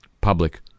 public